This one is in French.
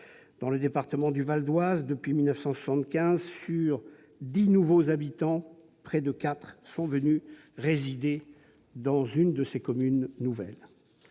Dans le département du Val-d'Oise, depuis 1975, sur dix nouveaux habitants, près de quatre sont venus résider dans l'une des communes de la